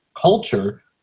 culture